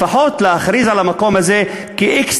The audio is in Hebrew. להכריז על המקום הזה כאקסטריטוריה,